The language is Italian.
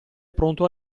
pronto